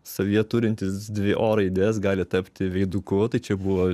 savyje turintis dvi o raides gali tapti veiduku tai čia buvo